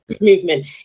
Movement